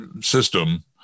system